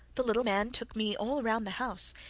the little man took me all round the house,